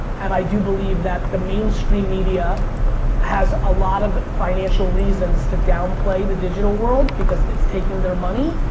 and i do believe that the mainstream media has a lot of financial reasons to downplay the digital world because it's taking their money,